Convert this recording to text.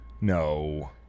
no